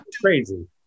crazy